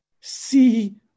See